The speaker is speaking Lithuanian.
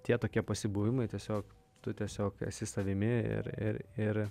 tie tokie pasibuvimai tiesiog tu tiesiog esi savimi ir ir ir